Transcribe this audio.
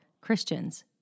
Christians